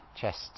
Chest